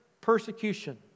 persecution